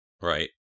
Right